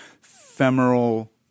femoral